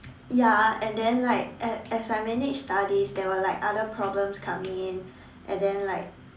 ya and then like as as I manage studies there were like other problems coming in and then like